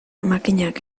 makinak